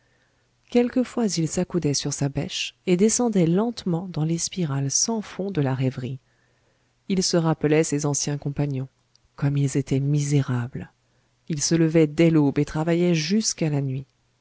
quelquefois il s'accoudait sur sa bêche et descendait lentement dans les spirales sans fond de la rêverie il se rappelait ses anciens compagnons comme ils étaient misérables ils se levaient dès l'aube et travaillaient jusqu'à la nuit